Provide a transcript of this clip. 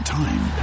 time